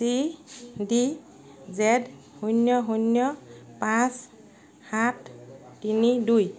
C D Z শূন্য শূন্য পাঁচ সাত তিনি দুই